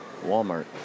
Walmart